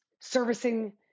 servicing